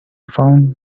found